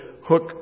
Hook